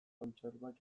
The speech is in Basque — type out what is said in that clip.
kontserbak